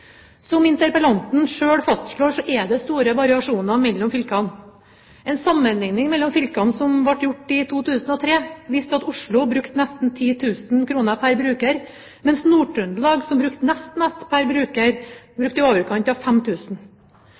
Som interpellanten selv fastslår, er det store variasjoner mellom fylkene. En sammenlikning mellom fylkene som ble gjort i 2003, viste at Oslo brukte nesten 10 000 kr pr. bruker, mens Nord-Trøndelag, som brukte nest mest pr. bruker, brukte i overkant av